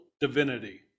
divinity